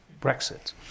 Brexit